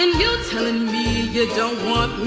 and you're telling me you don't